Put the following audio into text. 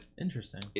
Interesting